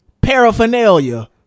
paraphernalia